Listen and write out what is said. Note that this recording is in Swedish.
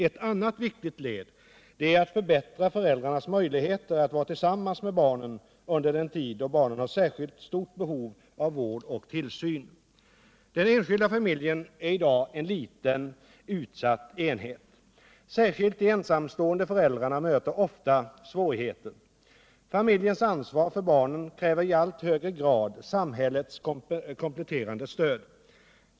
Ett annat viktigt led är att förbättra föräldrarnas möjligheter att vara tillsammans med barnen under den tid då barnen har särskilt stort behov av vård och tillsyn. Den enskilda familjen är i dag en liten utsatt enhet. Särskilt de ensamstående föräldrarna möter ofta svårigheter. Familjens ansvar för barnen kräver i allt högre grad samhällets kompletterande stöd.